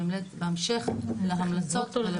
בהמשך להמלצות.